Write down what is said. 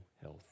health